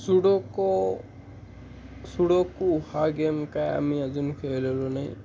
Sudoku sudoku हा game काय आम्ही अजून खेळलेलो नाही